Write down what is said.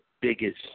biggest